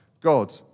God